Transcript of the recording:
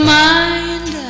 mind